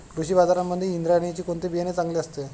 कृषी बाजारांमध्ये इंद्रायणीचे कोणते बियाणे चांगले असते?